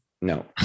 no